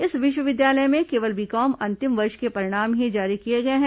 इस विश्वविद्यालय में केवल बी कॉम अंतिम वर्ष के परिणाम ही जारी किए गए हैं